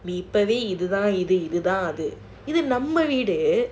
இப்போவே இது தான் இது இது தான் அது இது நம்ம வீடு:ippovae idhu thaan idhu idhu thaan adhu idhu namma veedu